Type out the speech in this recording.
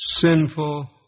sinful